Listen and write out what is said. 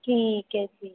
ਠੀਕ ਹੈ ਜੀ